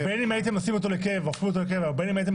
--- בין אם הייתם הופכים אותו לקבע ובין אם הייתם